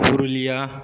Purulia